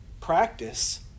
practice